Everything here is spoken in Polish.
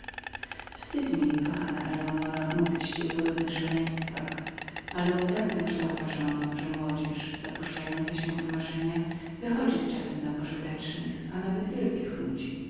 wstyd mi kochana eleonoro mówić ci o podobnych dziwactwach ale oddawna to już zauważano że młodzież w pierwszych latach życia zapuszczająca się w marzenia wychodzi z czasem na pożytecznych a nawet wielkich ludzi